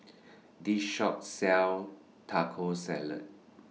This Shop sells Taco Salad